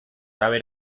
haber